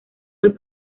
del